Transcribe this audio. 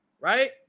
right